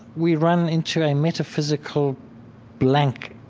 we run into a metaphysical blank,